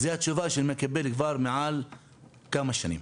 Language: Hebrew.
זו התשובה שאני מקבל כבר מעל כמה שנים.